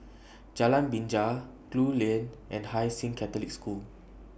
Jalan Binja Gul Lane and Hai Sing Catholic School